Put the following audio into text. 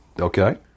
okay